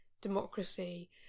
democracy